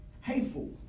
hateful